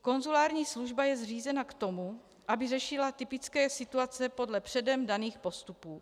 Konzulární služba je zřízena k tomu, aby řešila typické situace podle předem daných postupů.